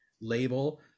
label